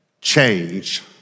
change